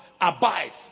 abide